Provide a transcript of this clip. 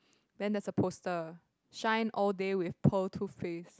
then there's a poster shine all day with pearl toothpaste